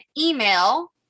email